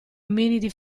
ominidi